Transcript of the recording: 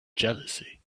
jealousy